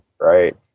right